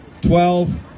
twelve